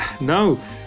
No